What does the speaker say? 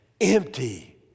empty